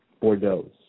Bordeaux